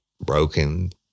broken